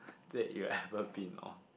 date you've ever been on